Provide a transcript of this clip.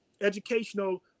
educational